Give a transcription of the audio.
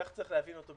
כך צריך להבין אותו.